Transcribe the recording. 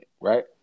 right